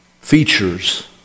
features